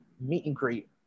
meet-and-greet